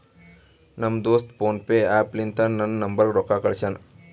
ನಮ್ ದೋಸ್ತ PhonePe app ಲಿಂತಾ ನನ್ ನಂಬರ್ಗ ರೊಕ್ಕಾ ಕಳ್ಸ್ಯಾನ್